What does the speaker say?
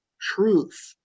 truth